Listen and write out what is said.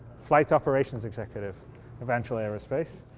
flight operations executive of anvil aerospace.